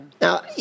Now